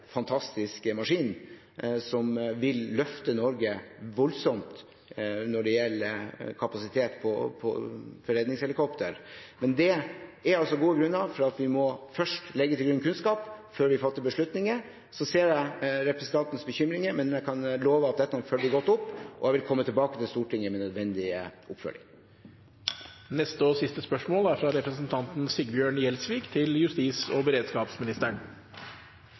fantastiske maskiner, som vil løfte Norge voldsomt når det gjelder redningshelikopterkapasitet. Det er altså gode grunner til at vi først må legge til grunn kunnskap, før vi fatter beslutninger. Jeg ser representantens bekymringer, men jeg kan love at dette følger vi godt opp, og jeg vil komme tilbake til Stortinget med nødvendig oppfølging.